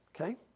Okay